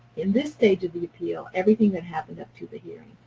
in this stage of the appeal, everything that happened up to the hearing.